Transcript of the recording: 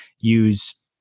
use